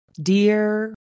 Dear